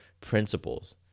principles